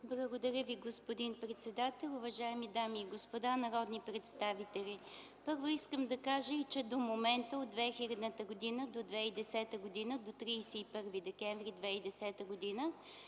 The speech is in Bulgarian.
Благодаря Ви, господин председател. Уважаеми дами и господа народни представители, първо, искам да кажа, че и до момента – от 2000 до 31 декември 2010 г.,